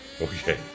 Okay